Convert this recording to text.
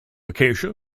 acacia